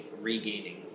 regaining